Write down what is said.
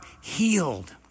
healed